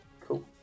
cool